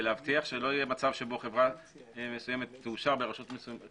ולהבטיח שלא יהיה מצב שבו חברה מסוימת תאושר ברשות מסוימת,